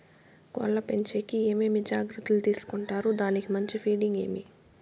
కోళ్ల పెంచేకి ఏమేమి జాగ్రత్తలు తీసుకొంటారు? దానికి మంచి ఫీడింగ్ ఏమి?